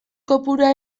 kopurua